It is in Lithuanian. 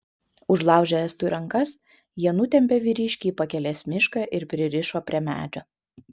užlaužę estui rankas jie nutempė vyriškį į pakelės mišką ir pririšo prie medžio